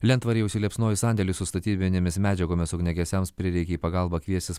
lentvaryje užsiliepsnojo sandėlis su statybinėmis medžiagomis ugniagesiams prireikė į pagalbą kviestis